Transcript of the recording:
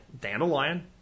Dandelion